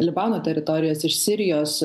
libano teritorijos iš sirijos